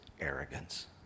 arrogance